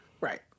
Right